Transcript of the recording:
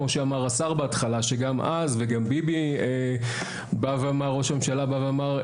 כמו שאמר השר בהתחלה וגם אז וגם ביבי ראש הממשלה בא ואמר,